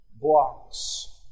blocks